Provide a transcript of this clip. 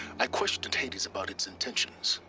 i questioned hades about its intentions